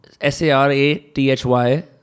S-A-R-A-T-H-Y